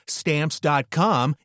stamps.com